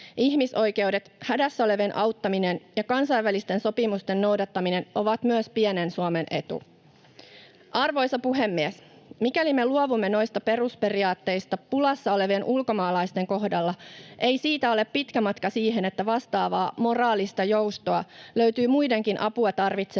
Ihmisoikeudet, hädässä olevien auttaminen ja kansainvälisten sopimusten noudattaminen ovat myös pienen Suomen etu. Arvoisa puhemies! Mikäli me luovumme noista perusperiaatteistamme pulassa olevien ulkomaalaisten kohdalla, ei siitä ole pitkä matka siihen, että vastaavaa moraalista joustoa löytyy muidenkin apua tarvitsevien